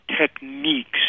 techniques